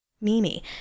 Mimi